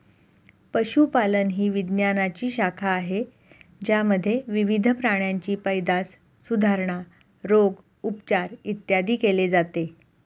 पशुपालन ही विज्ञानाची शाखा आहे ज्यामध्ये विविध प्राण्यांची पैदास, सुधारणा, रोग, उपचार, इत्यादी केले जाते